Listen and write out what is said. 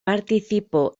participó